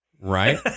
Right